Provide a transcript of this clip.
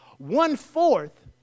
One-fourth